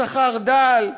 שכר דל,